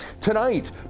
Tonight